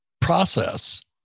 process